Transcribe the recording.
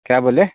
क्या बोले